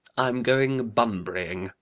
i'm going bunburying.